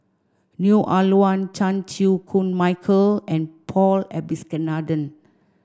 Neo Ah Luan Chan Chew Koon Michael and Paul Abisheganaden